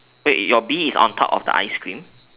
wait your bee is on top of the ice cream